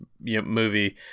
movie